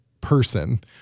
person